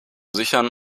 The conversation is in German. sichern